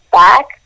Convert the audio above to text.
back